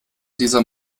dieser